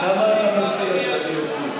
היו הערות לסדר, כמה אתה מציע שאני אוסיף?